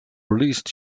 released